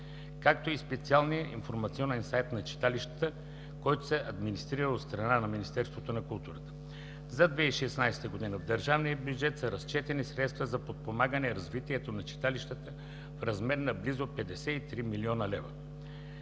както и специалния информационен сайт на читалищата, който се администрира от страна на Министерството на културата. За 2016 г. в държавния бюджет са разчетени средства за подпомагане развитието на читалищата в размер на близо 53 млн. лв.